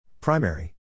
Primary